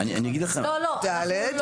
לא, לא, אנחנו לא רוצים.